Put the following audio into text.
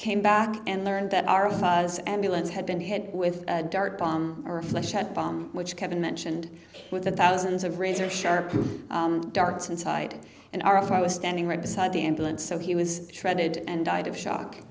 came back and learned that our of us ambulance had been hit with a dart bomb or a flechette bomb which kevin mentioned with thousands of razor sharp darts inside and our if i was standing right beside the ambulance so he was shredded and died of shock